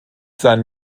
sein